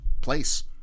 place